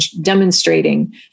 demonstrating